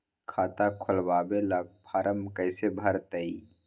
खाता खोलबाबे ला फरम कैसे भरतई?